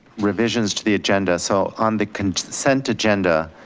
revisions to the agenda. so on the consent agenda,